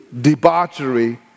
debauchery